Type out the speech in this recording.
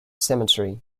cemetery